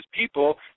people